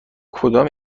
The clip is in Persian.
کدام